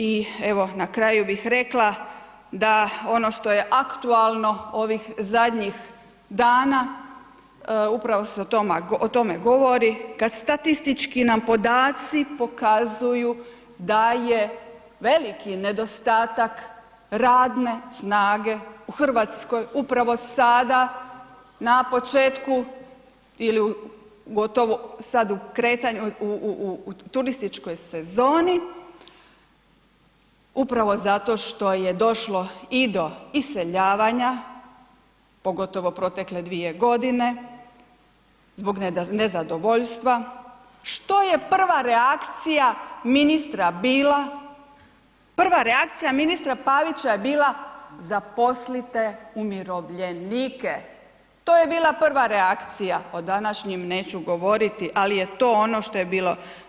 I evo na kraju bih rekla da ono što je aktualno ovih zadnjih dana, upravo se o tome govori, kad statistički nam podaci pokazuju da je veliki nedostatak radne snage u Hrvatskoj upravo sada na početku ili gotovo sad u kretanju u turističkoj sezoni upravo zato što je došlo i do iseljavanja, pogotovo protekle dvije godine zbog nezadovoljstva, što je prva reakcija ministra bila?, prva reakcija ministra Pavića je bila zaposlite umirovljenike, to je bila prva reakcija, o današnjim neću govoriti, ali je to ono što je bilo.